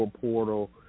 portal